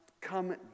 come